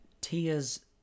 tears